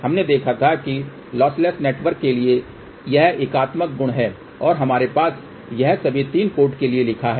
हमने देखा था कि लॉसलेस नेटवर्क के लिए यह एकात्मक गुण है और हमारे पास है यह सभी 3 पोर्ट के लिए लिखा है